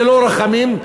ללא רחמים,